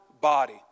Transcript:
body